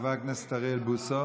חבר הכנסת אריאל בוסו,